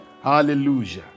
hallelujah